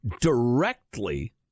directly